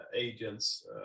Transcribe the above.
agents